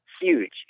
huge